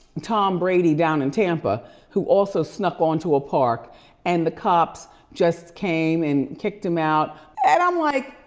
tom brady down in tampa who also snuck on to a park and the cops just came and kicked him out and i'm like,